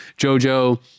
JoJo